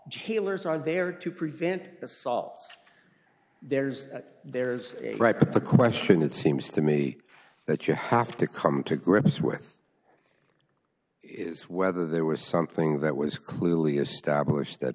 jailers are there to prevent assaults there's there's a right but the question it seems to me that you have to come to grips with is whether there was something that was clearly established that